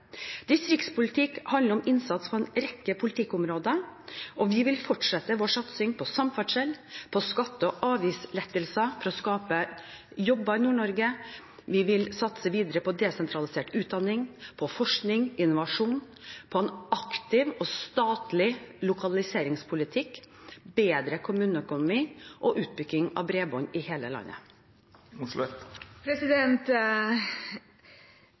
Distriktspolitikk handler om innsats på en rekke politikkområder, og vi vil fortsette vår satsing på samferdsel og skatte- og avgiftslettelser for å skape jobber i Nord-Norge. Vi vil satse videre på desentralisert utdanning, på forskning, innovasjon og en aktiv og statlig lokaliseringspolitikk, bedre kommuneøkonomi og utbygging av bredbånd i hele